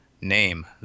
name